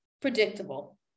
predictable